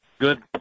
good